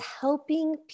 helping